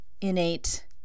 innate